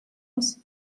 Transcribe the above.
was